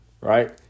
right